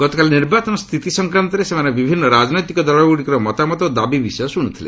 ଗତକାଲି ନିର୍ବାଚନ ସ୍ଥିତି ସଂକ୍ରାନ୍ତରେ ସେମାନେ ବିଭିନ୍ନ ରାଜନୈତିକ ଦଳଗୁଡ଼ିକର ମତାମତ ଓ ଦାବି ବିଷୟ ଶୁଣିଥିଲେ